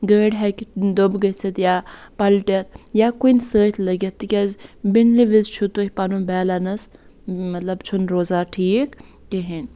گٲڑۍ ہیٚکہِ دُبہٕ گٔژھِتھ یا پَلٹِتھ یا کُنہِ سۭتۍ لٔگِتھ تِکیٛاز بُنلہِ وِزِ چھ تُہۍ پَنُن بیلَنس مَطلَب چھُ نہٕ روزان ٹھیٖک کِہیٖنٛۍ